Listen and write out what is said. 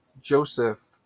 Joseph